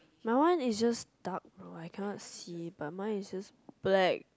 my one is just dark but I cannot see but mine is just black